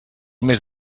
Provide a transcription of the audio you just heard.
mes